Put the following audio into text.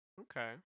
Okay